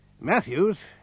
Matthews